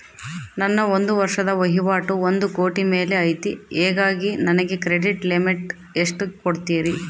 ನನ್ನ ಒಂದು ವರ್ಷದ ವಹಿವಾಟು ಒಂದು ಕೋಟಿ ಮೇಲೆ ಐತೆ ಹೇಗಾಗಿ ನನಗೆ ಕ್ರೆಡಿಟ್ ಲಿಮಿಟ್ ಎಷ್ಟು ಕೊಡ್ತೇರಿ?